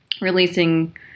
releasing